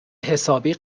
حسابی